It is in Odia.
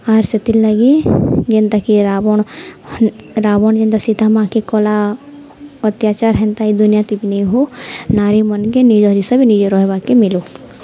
ଆର୍ ସେଥିର୍ଲାଗି ଯେନ୍ତାକି ରାବଣ ରାବଣ ଯେନ୍ତା ସୀତା ମା'କେ କଲା ଅତ୍ୟାଚାର ହେନ୍ତା ଏଇ ଦୁନିଆ କେବେ ନାଇଁ ହଉ ନାରୀ ମାନକେ ନିଜର ହିସାବ ନିଜେ ରହିବାକେ ମିଲୁ